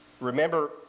Remember